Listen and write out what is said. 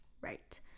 right